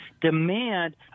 demand